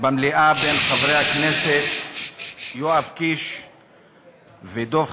במליאה בין חברי הכנסת יואב קיש ודב חנין,